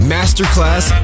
Masterclass